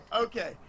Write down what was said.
Okay